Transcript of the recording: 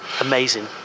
Amazing